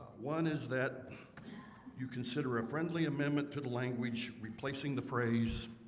one is that you consider a friendly amendment to the language replacing the phrase